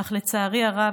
אך לצערי הרב,